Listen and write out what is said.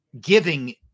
giving